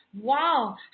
wow